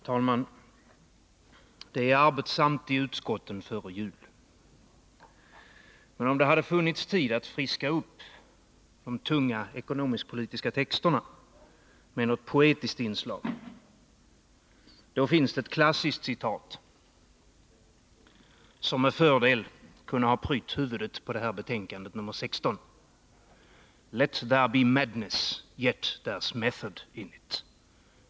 Herr talman! Det är arbetsamt i utskotten före jul. Men om det hade funnits tid att friska upp de tunga ekonomisk-politiska texterna med något poetiskt inslag, då finns ett klassiskt citat, som med fördel kunde ha prytt huvudet på betänkande nr 16: Let there be madness, yet — there's method in it!